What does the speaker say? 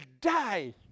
die